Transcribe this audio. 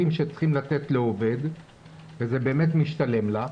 שצריך לתת לעובד וזה באמת משתלם לה,